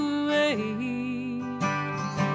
away